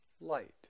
light